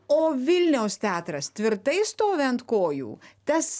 o vilniaus teatras tvirtai stovi ant kojų tas